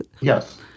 yes